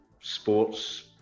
sports